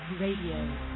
Radio